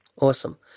Awesome